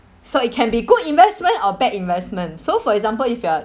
so it can be good investment or bad investment so for example if you are